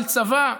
נקמה של צבא,